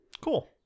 Cool